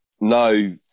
no